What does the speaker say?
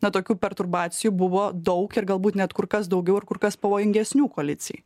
na tokių perturbacijų buvo daug ir galbūt net kur kas daugiau ir kur kas pavojingesnių koalicijai